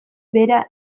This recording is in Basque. bera